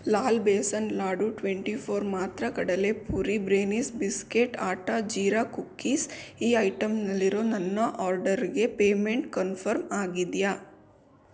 Lal besan laddu twenty four ಮಾತ್ರ ಕಡಲೆಪುರಿ brownies biscuit atta jeera cookies ಈ ಐಟಂನಲ್ಲಿರೋ ನನ್ನ ಆರ್ಡರ್ಗೆ ಪೇಮೆಂಟ್ ಕನ್ಫರ್ಮ್ ಆಗಿದೆಯಾ